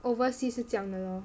overseas 是这样的了